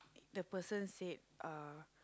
the person said uh